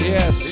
Yes